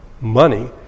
money